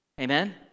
Amen